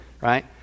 right